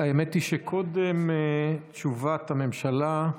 האמת היא שקודם תשובת הממשלה.